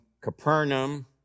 Capernaum